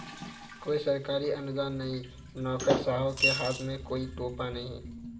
कोई सरकारी अनुदान नहीं, नौकरशाहों के हाथ में कोई टोपी नहीं